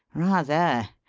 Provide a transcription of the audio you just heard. rather.